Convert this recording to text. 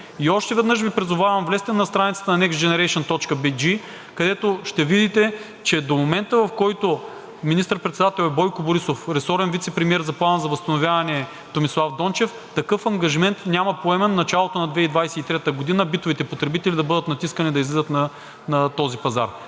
И още веднъж Ви призовавам – влезте на страницата на nextgeneration.bg, където ще видите, че до момента, в който министър-председател е Бойко Борисов, ресорен вицепремиер за Плана за възстановяване е Томислав Дончев, такъв ангажимент няма поеман – началото на 2023 г. битовите потребители да бъдат натискани да излизат на този пазар.